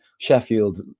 Sheffield